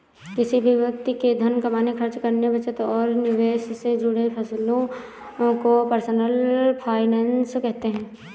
किसी भी व्यक्ति के धन कमाने, खर्च करने, बचत और निवेश से जुड़े फैसलों को पर्सनल फाइनैन्स कहते हैं